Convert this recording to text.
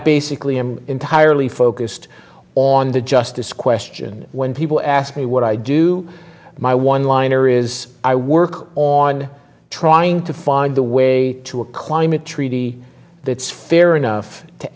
basically am entirely focused on the justice question when people ask me what i do my one liner is i work on trying to find the way to a climate treaty that's fair enough to